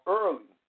early